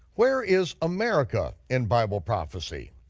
where is america in bible prophecy?